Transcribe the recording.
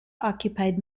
occupied